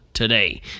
Today